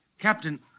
Captain